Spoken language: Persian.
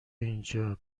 اینجا